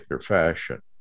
fashion